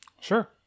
Sure